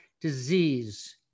disease